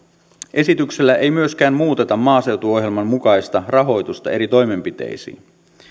esityksellä ei myöskään muuteta maaseutuohjelman mukaista rahoitusta eri toimenpiteisiin